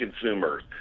consumers